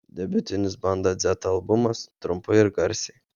debiutinis banda dzeta albumas trumpai ir garsiai